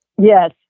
Yes